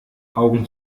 augen